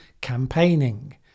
campaigning